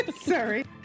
sorry